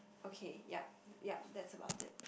okay ya ya that's about it